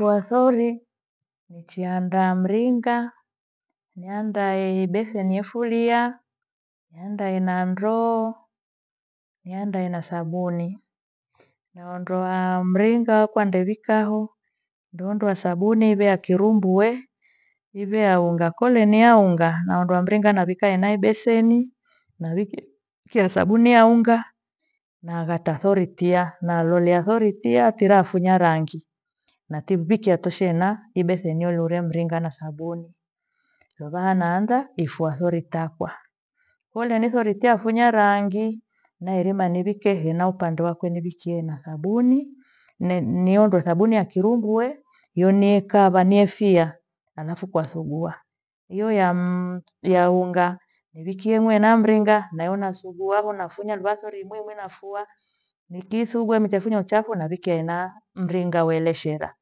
Ifuha sori nichiandaa mringa, niandae ibeseni iyofulia, niandae na ndoo niandae na sabuni. Naondoa mringa kwandewika ho. Ndo ondoa sabuni iwe ya kirumbu we, iwe ya unga kole ni ya unga naondoa mringa nawika ina ibeseni nawi- kia sabuni ya unga, naghata sori tia nalolea sori tia tira afunya rangi. Nativichia toshe na ibesemi iloria mringa na sabuni. Luvaha naadha ifua sori takwa. Kole ni sori tiafunya rangii nairima ivikie hena upande wakwe nivikie na sabuni niiondoe na sabuni ya kirumbue nio niekaa vaniefia halafu kwathugua. Hiyo ya ya unga niwikie mwe ena mringa nayo nasuguaho nafunya lua sori mwemwe nafua nikiithugue mchesi no uchafu na navikienaa mringa weleshera.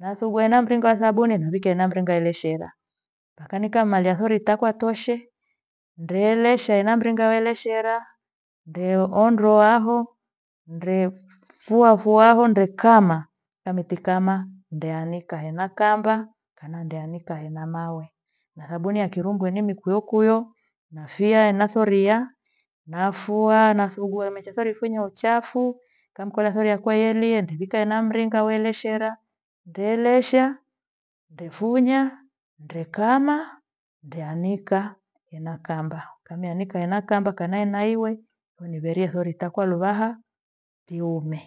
Nathugue na mringa wa sabuni nawikia ena mringa weleshera. Mpaka nikamalia sori takwa toshwe ndwele shai ena mringa weleshera ndweondoaho nde fuafuaaho ndekama namitikana ndeanika hena kamba kana ndeanika hena mawe. Na sabuni ya kirugwe nimikuyo kuyo na fia na sori iya nafuaa nasugua lemacho sori ifinye uchafu kamkolea sori yakwe yeliendivika ena mringa weleshera ngelesha ndefunya, ndekama, ndeanika hena kamba kama aenika ena kamba kana inaiwe unighorie sori takwa luvaha tiume